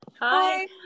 Hi